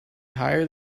hired